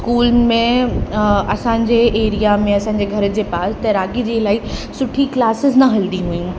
school में असांजे area में असांजे घर जे पास तैराकी जी इलाही सुठी क्लासिस न हलंदी हुयूं